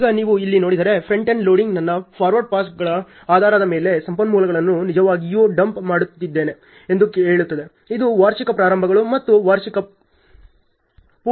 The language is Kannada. ಈಗ ನೀವು ಇಲ್ಲಿ ನೋಡಿದರೆ ಫ್ರಂಟ್ ಎಂಡ್ ಲೋಡಿಂಗ್ ನನ್ನ ಫಾರ್ವರ್ಡ್ ಪಾಸ್ಗಳ ಆಧಾರದ ಮೇಲೆ ಸಂಪನ್ಮೂಲಗಳನ್ನು ನಿಜವಾಗಿಯೂ ಡಂಪ್ ಮಾಡುತ್ತಿದ್ದೇನೆ ಎಂದು ಹೇಳುತ್ತದೆ ಇದು ವಾರ್ಷಿಕ ಪ್ರಾರಂಭಗಳು ಮತ್ತು ವಾರ್ಷಿಕ ಪೂರ್ಣಗೊಳಿಸುವಿಕೆಗಳನ್ನು ಸೂಚಿಸುತ್ತದೆ